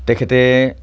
তেখেতে